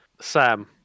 Sam